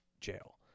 jail